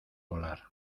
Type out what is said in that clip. volar